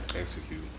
execute